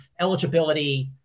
eligibility